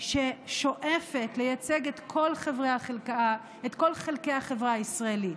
ששואפת לייצג את כל חלקי החברה הישראלית,